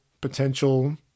potential